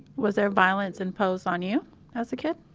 was there violence imposed on you as a kid?